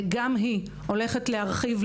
גם היא הולכת להרחיב,